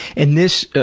and this